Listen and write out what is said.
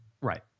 Right